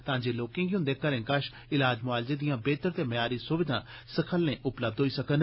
तां जे लोकें गी उन्दे घरें कश गै इलाज मुआलर्जे दियें बेहतर ते मयारी सुविधां सखल्लें उपलब्ध होई सकन